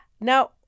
Now